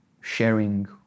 sharing